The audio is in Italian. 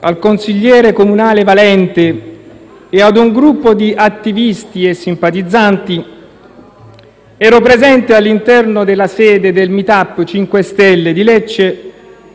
al consigliere comunale Valente e a un gruppo di attivisti e simpatizzanti, ero presente all'interno della sede del Meetup 5 Stelle di Lecce,